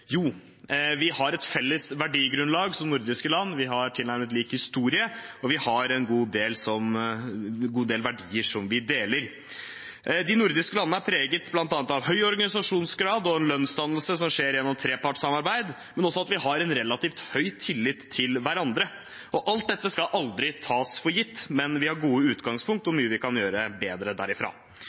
vi har en god del verdier som vi deler. De nordiske landene er preget av bl.a. høy organisasjonsgrad og en lønnsdannelse som skjer gjennom trepartssamarbeid, men også at vi har en relativt høy tillit til hverandre. Alt dette skal aldri tas for gitt, men vi har gode utgangspunkt og mye vi kan gjøre bedre derifra.